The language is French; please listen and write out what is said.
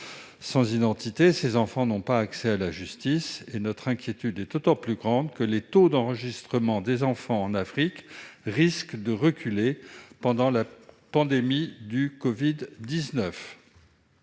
sans identité, ces enfants n'ont pas accès à la justice. Notre inquiétude est d'autant plus grande que les taux d'enregistrement des enfants en Afrique risquent de reculer pendant la pandémie de covid-19.